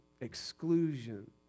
exclusion